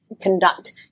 conduct